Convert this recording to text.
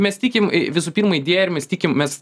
mes tikim visų pirma idėja ir mes tikim mes